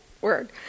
word